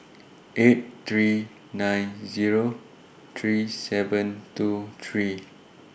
eight three nine Zero three seven two three